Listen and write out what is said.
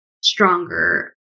stronger